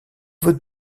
votes